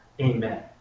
Amen